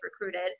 recruited